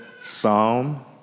Psalm